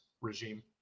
regime